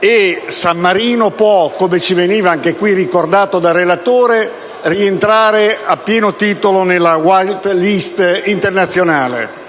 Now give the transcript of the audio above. e San Marino può - come ci veniva qui ricordato dal relatore - rientrare a pieno titolo nella *white list* internazionale.